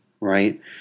right